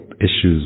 issues